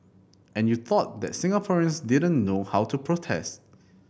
and you thought that Singaporeans didn't know how to protest